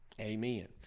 amen